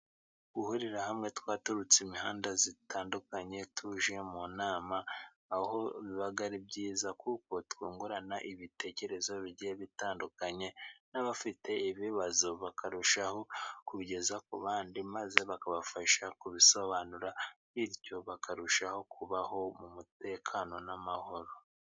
Guhurira hamwe twaturutse imihanda itandukanye tuje mu nama, aho biba ari byiza kuko twungurana ibitekerezo bigiye bitandukanye, n'abafite ibibazo bakarushaho kubigeza ku bandi maze bakabafasha kubisobanura, bityo bakarushaho kubaho mu mutekano n'amahoro.